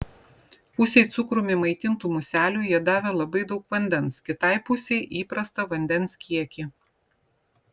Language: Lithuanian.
pusei cukrumi maitintų muselių jie davė labai daug vandens kitai pusei įprastą vandens kiekį